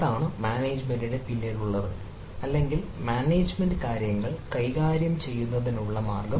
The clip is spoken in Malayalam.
അതാണ് മാനേജുമെന്റിന്റെ പിന്നിലുള്ളത് അല്ലെങ്കിൽ മാനേജുമെന്റ് കാര്യങ്ങൾ കൈകാര്യം ചെയ്യുന്നതിനുള്ള മാർഗ്ഗം